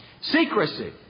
secrecy